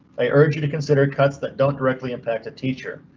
i urge you to consider cuts that don't directly impact a teacher.